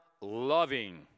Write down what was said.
loving